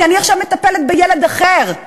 כי אני עכשיו מטפלת בילד אחר,